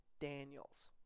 Daniels